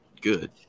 good